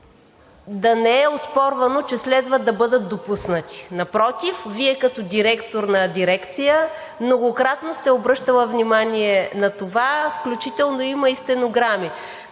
да не е оспорвано, че следва да бъдат допуснати. Напротив, Вие като директор на дирекция многократно сте обръщали внимание на това, включително има и стенограми,